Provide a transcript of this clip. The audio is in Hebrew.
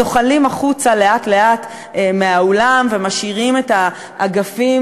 זוחלים החוצה לאט-לאט מהאולם ומשאירים את האגפים